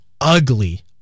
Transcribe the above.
ugly